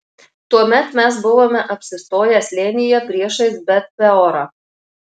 tuomet mes buvome apsistoję slėnyje priešais bet peorą